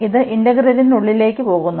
ഇത് ഇന്റഗ്രലിനുള്ളിലേക്ക് പോകുന്നു